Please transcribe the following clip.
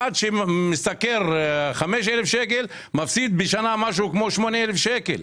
אחד שמשתכר 5,000 שקל, מפסיד כ-8,000 שקל.